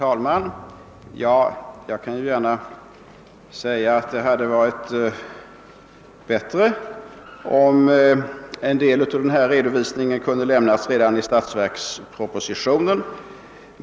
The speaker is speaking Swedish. Herr talman! Jag kan medge att det hade varit bättre om en del av den nu framförda redovisningen hade lämnats redan i statsverkspropositionen.